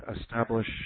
establish